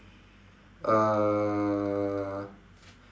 uh